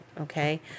okay